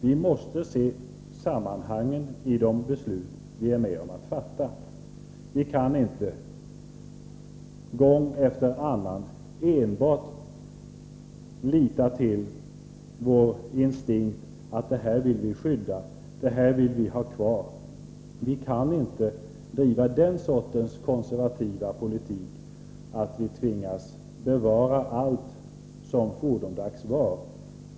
Vi måste se sambanden mellan de beslut som vi är med om att fatta. Vi kan inte gång efter annan enbart lita till vår instinkt när den säger: Det här vill vi skydda och ha kvar. Vi kan inte driva en konservativ politik som innebär att vi tvingas bevara allt som fordomdags var.